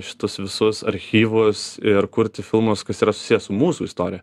šitus visus archyvus ir kurti filmus kas yra susiję su mūsų istorija